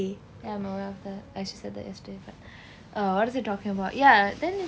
ya I'm aware of that as you said that yesterday but uh what was I talking about ya then